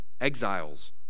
exiles